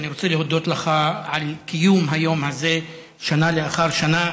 אני רוצה להודות לך על קיום היום הזה שנה אחר שנה.